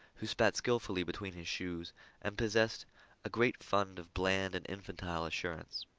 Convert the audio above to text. who spat skillfully between his shoes and possessed a great fund of bland and infantile assurance.